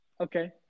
Okay